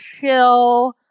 chill